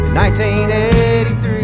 1983